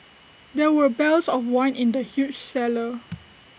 there were barrels of wine in the huge cellar